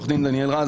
עורך דין דניאל רז,